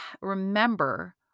remember